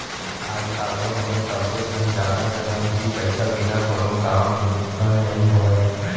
आज काल तो हमन सब्बो झन जानत हन कि पइसा बिना कोनो काम ह नइ होवय